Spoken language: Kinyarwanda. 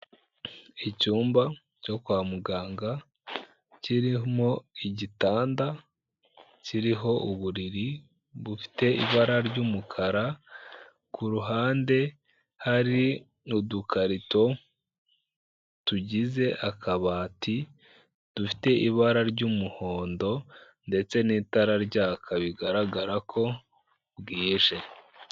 Icyumba cyo kwa muganga kirimo igitanda, kiriho uburiri bufite ibara ry'umukara. Ku ruhande hari udukarito tugize akabati, dufite ibara ry'umuhondo ndetse n'itara ryaka bigaragara ko bwije.